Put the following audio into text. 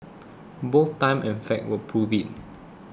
both time and facts will prove it